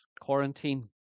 quarantine